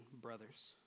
brothers